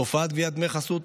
תופעת גביית דמי חסות,